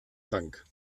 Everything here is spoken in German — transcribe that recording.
trank